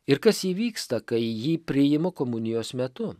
ir kas įvyksta kai jį priimu komunijos metu